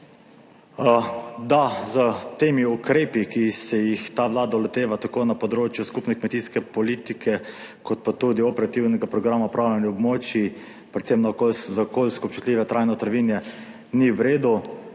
Da s temi ukrepi, ki se jih ta Vlada loteva tako na področju skupne kmetijske politike kot pa tudi operativnega programa upravljanja območij, predvsem na okolju za okoljsko občutljive trajno travinje ni v redu,